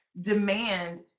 demand